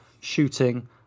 shooting